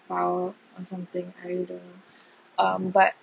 found on something I don't know um but